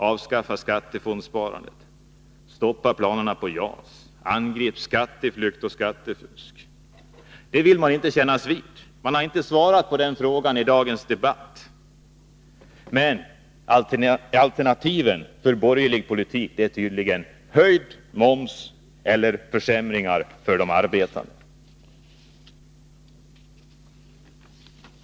Avskaffa skattefondsparandet. Stoppa planerna på JAS. Angrip skatteflykt och skattefusk. Det vill de borgerliga inte kännas vid. Man har inte svarat på frågor om detta i dagens debatt. Alternativen för borgerlig politik är tydligen höjd moms eller försämringar för de arbetande.